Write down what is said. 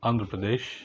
Andhra Pradesh